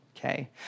Okay